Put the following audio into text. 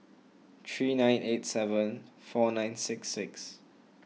three nine eight seven four nine six six